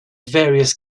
various